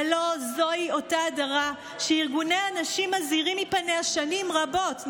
והלוא זוהי אותה הדרה שארגוני הנשים מזהירים מפניה שנים רבות,